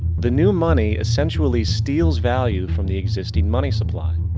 the new money essentially steals value from the existing money supply.